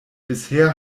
bisher